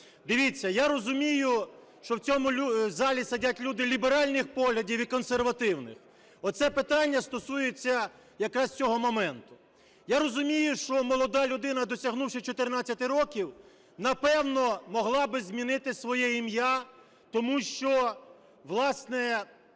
Дивіться, я розумію, що в цьому залі сидять люди ліберальних поглядів і консервативних. Оце питання стосується якраз цього моменту. Я розумію, що молода людина, досягнувши 14 років, напевно, могла би змінити своє ім'я, тому що, власне,